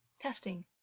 testing